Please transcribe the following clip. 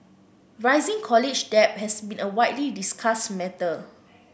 rising college debt has been a widely discussed matter